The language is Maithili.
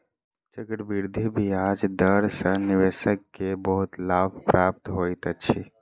चक्रवृद्धि ब्याज दर सॅ निवेशक के बहुत लाभ प्राप्त होइत अछि